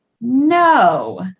No